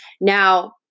Now